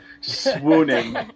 swooning